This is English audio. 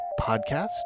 podcast